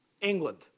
England